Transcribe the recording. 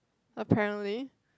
apparently